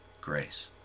grace